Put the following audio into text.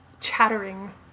chattering